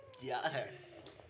Yes